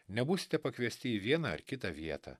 nebūsite pakviesti į vieną ar kitą vietą